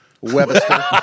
Webster